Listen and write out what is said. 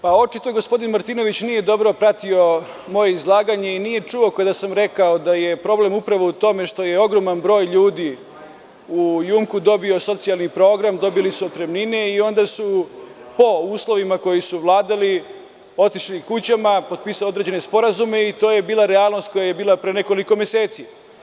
Pa, očito je da gospodin Martinović nije dobro pratio moje izlaganje i nije čuo kada sam rekao da je problem upravo u tome što je ogroman broj ljudi u „JUMKO“ dobio socijalni program, dobili su otpremnine i onda su po uslovima koji su vladali otišli kućama, potpisali određene sporazume i to je bila realnost koja je bila pre nekoliko meseci.